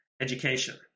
education